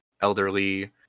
Elderly